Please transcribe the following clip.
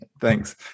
Thanks